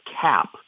cap